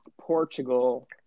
portugal